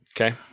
Okay